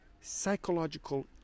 psychological